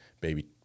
baby